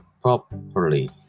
properly